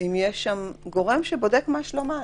האם יש שם גורם שבודק מה שלום האנשים?